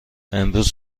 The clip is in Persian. امروز